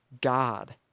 God